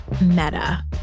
meta